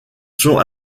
sont